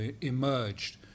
emerged